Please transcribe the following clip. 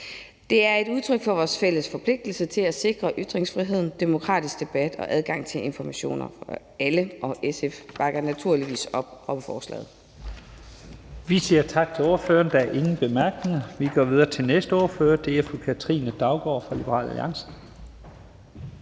Det er et udtryk for vores fælles forpligtelse til at sikre ytringsfriheden, den demokratiske debat og adgangen til informationer for alle, og SF bakker naturligvis op om forslaget. Kl. 12:49 Første næstformand (Leif Lahn Jensen): Vi siger tak til ordføreren. Der er ingen korte bemærkninger. Vi går videre til næste ordfører. Det er fru Katrine Daugaard fra Liberal Alliance.